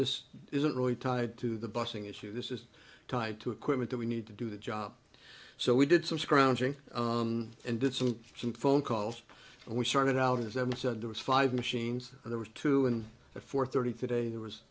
this isn't really tied to the busing issue this is tied to equipment that we need to do the job so we did some scrounging and did some some phone calls and we started out as ed said there was five machines there was two and a four thirty day there was